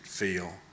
feel